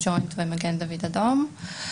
הג'וינט ומגן דוד אדום.